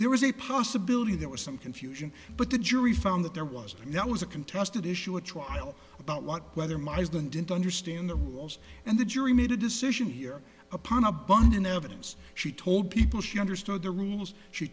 there was a possibility there was some confusion but the jury found that there was and that was a contested issue a trial about what whether my husband didn't understand the rules and the jury made a decision here upon abundant evidence she told people she understood the rules she